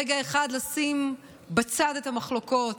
רגע אחד לשים בצד את המחלוקות,